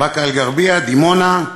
באקה-אל-ע'רביה, דימונה,